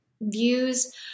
views